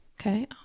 Okay